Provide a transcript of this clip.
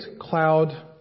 cloud